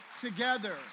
together